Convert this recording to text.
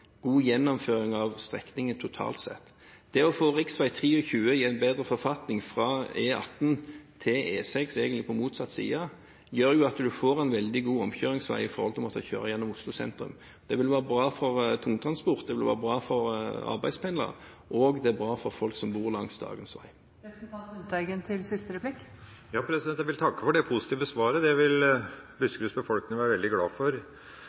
god gjennomføring av strekningen totalt sett. Det å få rv. 23 i en bedre forfatning fra E18 til E6, egentlig, på motsatt side gjør at du får en veldig god omkjøringsvei i forhold til å måtte kjøre gjennom Oslo sentrum. Det vil være bra for tungtransport, det vil være bra for arbeidspendlere, og det er bra for folk som bor langs dagens vei. Jeg vil takke for det positive svaret. Det vil Buskeruds befolkning være veldig glad for.